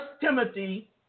Timothy